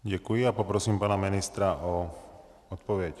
Děkuji a prosím pana ministra o odpověď.